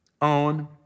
on